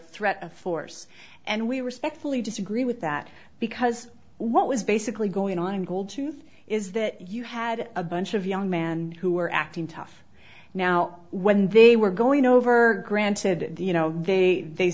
threat of force and we respectfully disagree with that because what was basically going on in gold tooth is that you had a bunch of young man who were acting tough now when they were going over granted you know they they